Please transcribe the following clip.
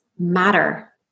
Matter